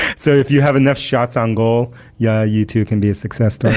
so if you have enough shots on goal, yeah, you too can be a success story